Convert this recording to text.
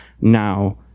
now